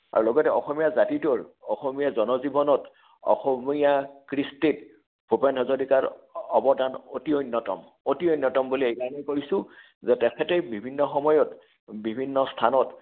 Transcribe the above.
আৰু লগতে অসমীয়া জাতিটোৰ অসমীয়া জনজীৱনত অসমীয়া কৃষ্টিত ভূপেন হাজৰিকাৰ অৱদান অতি অন্যতম অতি অন্যতম বুলি এই কাৰণেই কৈছোঁ যে তেখেতেই বিভিন্ন সময়ত বিভিন্ন স্থানত